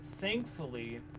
thankfully